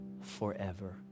forever